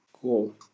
Cool